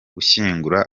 gushyingura